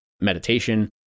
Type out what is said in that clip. meditation